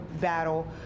battle